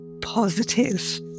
positive